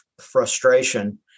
frustration